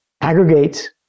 aggregate